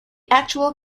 actual